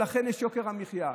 ולכן יש יוקר המחיה.